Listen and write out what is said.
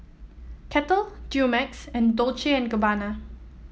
Kettle Dumex and Dolce and Gabbana